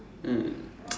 hmm